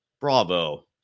bravo